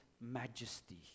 majesty